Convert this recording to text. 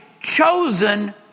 chosen